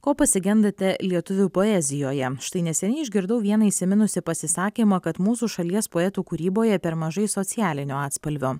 ko pasigendate lietuvių poezijoje štai neseniai išgirdau vieną įsiminusį pasisakymą kad mūsų šalies poetų kūryboje per mažai socialinio atspalvio